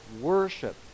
worship